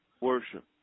Worship